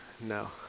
No